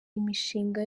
imishinga